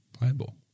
Bible